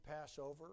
Passover